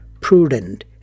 prudent